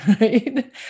right